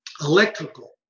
electrical